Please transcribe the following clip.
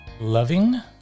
Loving